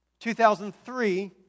2003